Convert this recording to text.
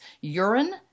urine